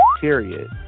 period